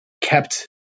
kept